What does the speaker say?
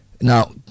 Now